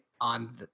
on